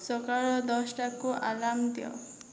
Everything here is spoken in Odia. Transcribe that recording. ସକାଳ ଦଶଟାକୁ ଆଲାର୍ମ ଦିଅ